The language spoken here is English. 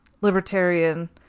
libertarian